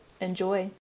enjoy